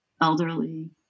elderly